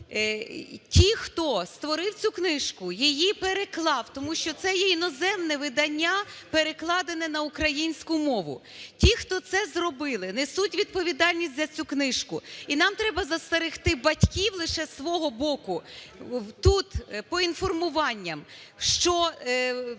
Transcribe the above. ті, хто створив цю книжку, її переклав, тому що це є іноземне видання, перекладене на українську мову, ті, хто це зробили, несуть відповідальність за цю книжку. І нам треба застерегти батьків лише з свого боку тут поінформуванням, що вони